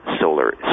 solar